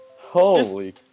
Holy